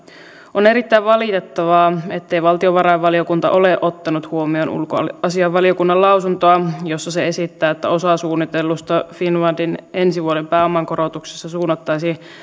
on erittäin valitettavaa ettei valtiovarainvaliokunta ole ottanut huomioon ulkoasiainvaliokunnan lausuntoa jossa se esittää että osa suunnitellusta finnfundin ensi vuoden pääoman korotuksesta suunnattaisiin